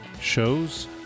shows